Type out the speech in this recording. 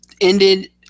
ended